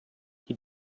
die